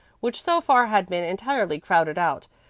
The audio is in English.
which so far had been entirely crowded out,